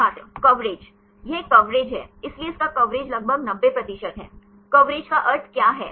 छात्र कवरेज यह एक कवरेज है इसलिए इसका कवरेज लगभग 90 प्रतिशत है कवरेज का अर्थ क्या है